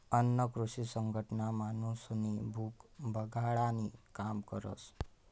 अन्न कृषी संघटना माणूसनी भूक भागाडानी काम करस